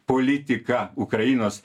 politika ukrainos